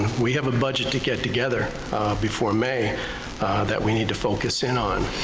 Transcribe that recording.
we have a budget to get together before may that we need to focus in on